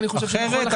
טכנולוגיים.